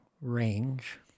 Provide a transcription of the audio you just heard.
range